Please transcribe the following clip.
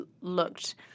looked